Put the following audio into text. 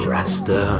Rasta